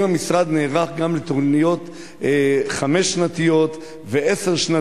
האם המשרד נערך גם לתוכניות חמש-שנתיות ועשר-שנתיות?